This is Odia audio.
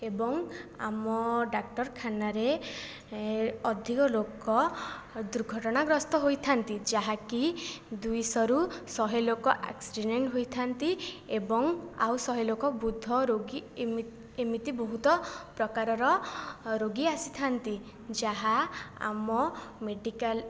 ଏବଂ ଆମ ଡାକ୍ତରଖାନାରେ ଅଧିକ ଲୋକ ଦୁର୍ଘଟଣାଗ୍ରସ୍ତ ହୋଇଥାନ୍ତି ଯାହାକି ଦୁଇଶହରୁ ଶହେ ଲୋକ ଆକ୍ସିଡେଣ୍ଟ ହୋଇଥାନ୍ତି ଏବଂ ଆଉ ଶହେ ଲୋକ ବୃଦ୍ଧ ରୋଗୀ ଏମିତି ଏମିତି ବହୁତ ପ୍ରକାରର ରୋଗୀ ଆସିଥାନ୍ତି ଯାହା ଆମ ମେଡ଼ିକାଲ